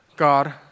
God